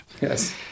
Yes